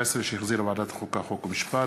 2014, שהחזירה ועדת החוקה, חוק ומשפט.